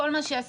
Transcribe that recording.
כל מה שעשינו,